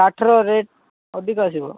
କାଠର ରେଟ୍ ଅଧିକ ଆସିବ